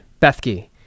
Bethke